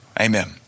Amen